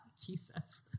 Jesus